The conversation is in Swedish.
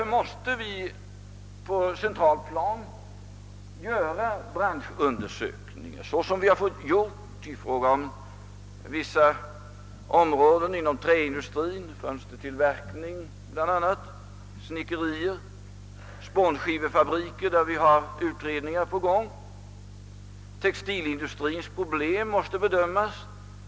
Vi måste därför på centralt plan företaga branschundersökningar såsom vi fått göra i fråga om vissa grenar av träindustrien, bl.a. fönstertillverkning och snickerier. Beträffande spånskivefabriker har vi utredningar i gång. Också textilindustriens problem måste tas upp till bedömning.